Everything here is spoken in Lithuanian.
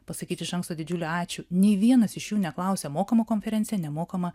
pasakyt iš anksto didžiulį ačiū nei vienas iš jų neklausė mokama konferencija nemokama